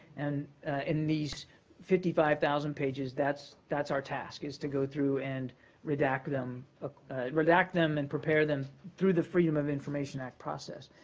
and in these fifty five thousand pages, that's that's our task is to go through and redact them ah redact them and prepare them through the freedom of information act process.